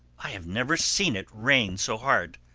i have never seen it rain so hard.